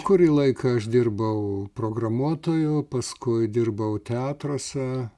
kurį laiką aš dirbau programuotoju paskui dirbau teatruose